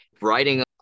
Writing